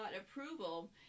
approval